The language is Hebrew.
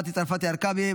מטי צרפתי הרכבי,